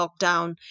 lockdown